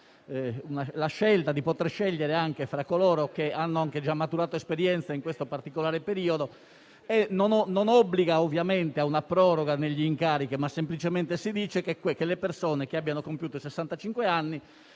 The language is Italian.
consente di scegliere fra coloro che hanno già maturato esperienza in questo particolare periodo e non obbliga ovviamente a una proroga degli incarichi; semplicemente prevede che le persone che abbiano compiuto